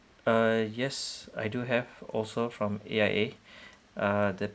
uh yes I do have also from A_I_A uh the